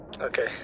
Okay